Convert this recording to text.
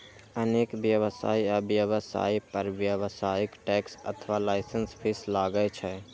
अनेक व्यवसाय आ व्यवसायी पर व्यावसायिक टैक्स अथवा लाइसेंस फीस लागै छै